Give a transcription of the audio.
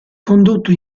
condotto